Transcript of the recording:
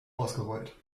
ausgerollt